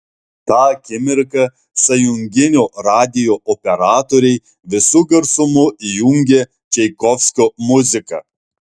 tą akimirką sąjunginio radijo operatoriai visu garsumu įjungė čaikovskio muziką